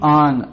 on